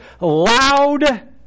loud